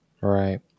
right